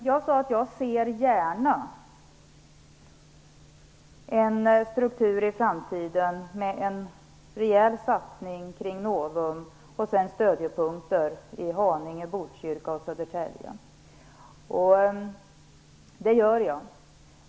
Jag sade att jag gärna ser en struktur i framtiden med en rejäl satsning vid Novum och med stödjepunkter i Haninge, Botkyrka och Södertälje.